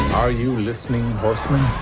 are you listening horsemen?